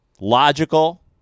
logical